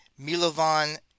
Milovan